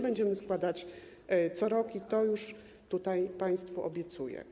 Będziemy ją składać co rok i to już tutaj państwu obiecuję.